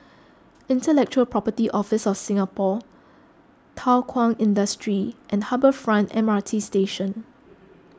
Intellectual Property Office of Singapore Thow Kwang Industry and Harbour Front M R T Station